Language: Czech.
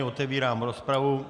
Otevírám rozpravu.